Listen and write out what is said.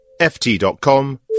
ft.com